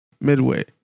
midway